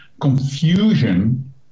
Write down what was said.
Confusion